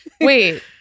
wait